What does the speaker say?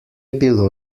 bilo